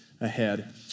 ahead